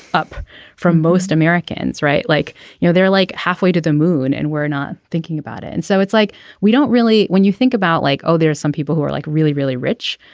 up from most americans. right. like you know they're like halfway to the moon and we're not thinking about it. and so it's like we don't really when you think about like oh there some people who are like really really rich.